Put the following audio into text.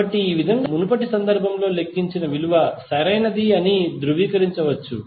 కాబట్టి ఈ విధంగా మీరు మునుపటి సందర్భంలో లెక్కించిన విలువ సరైనదని ధృవీకరించవచ్చు